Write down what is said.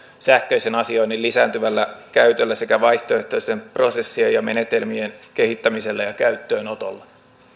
sähköisen asioinnin lisääntyvällä käytöllä sekä vaihtoehtoisten prosessien ja menetelmien kehittämisellä ja käyttöönotolla